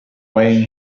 when